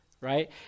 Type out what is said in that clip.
right